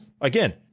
Again